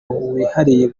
wihariye